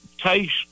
taste